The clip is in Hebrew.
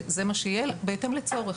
זה מה שיהיה בהתאם לצורך.